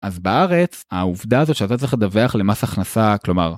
אז בארץ, העובדה הזאת שאתה צריך לדווח למה מס הכנסה, כלומר.